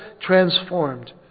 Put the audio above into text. transformed